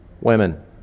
Women